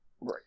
Right